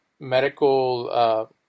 medical